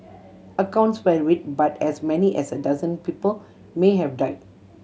accounts varied but as many as a dozen people may have died